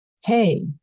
hey